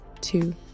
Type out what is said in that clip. two